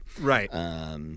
right